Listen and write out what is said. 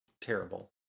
terrible